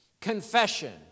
confession